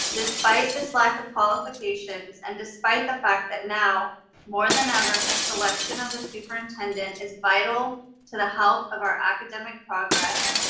despite this lack of qualifications, and despite the fact that now more than ever, this selection of a superintendent is vital to the health of our academic progress.